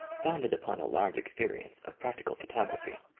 founded upon a large experi ence of practical photography.